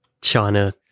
China